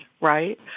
right